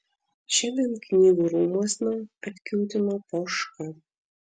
šiandien knygų rūmuosna atkiūtino poška